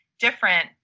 different